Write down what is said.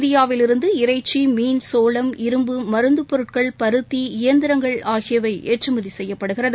இந்தியாவிலிருந்து இறைச்சி மீன் சோளம் இரும்பு மருந்துபொருட்கள் பருத்தி இயந்திரங்கள் ஆகியவைஏற்றுமதி செய்யப்படுகிறது